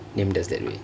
named us that way